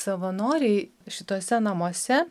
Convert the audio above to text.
savanoriai šituose namuose